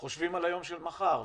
חושבים על היום של מחר,